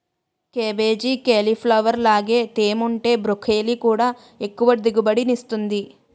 cabbage, cauliflower లాగే తేముంటే broccoli కూడా ఎక్కువ దిగుబడినిస్తుంది